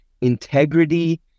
integrity